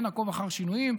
אין מעקב אחר שינויים.